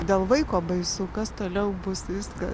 dėl vaiko baisu kas toliau bus viska